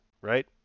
right